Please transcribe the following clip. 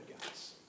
guys